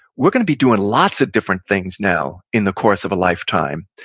we're going to be doing lots of different things now in the course of a lifetime.